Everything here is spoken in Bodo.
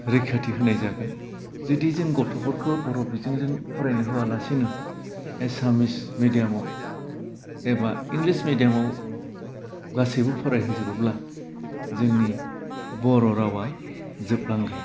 रैखाथि होनाय जागोन जुदि जों गथ'फोरखौ बर' बिजोंजों फरायनो होआलासिनो एसामिस मेदियामाव एबा इंलिस मेदियामाव गासैबो फराय होजोबोब्ला जोंनि बर' रावा जोबलांगोन